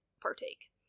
partake